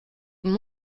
und